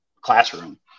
classroom